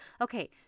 okay